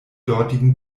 dortigen